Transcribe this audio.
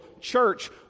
church